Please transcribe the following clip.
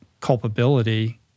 culpability